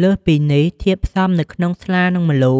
លើសពីនេះ ធាតុផ្សំនៅក្នុងស្លា និងម្លូ